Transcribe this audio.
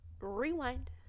rewind